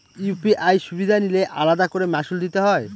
UPI সুবিধা নিলে আলাদা করে মাসুল দিতে হয়?